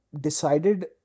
decided